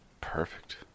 perfect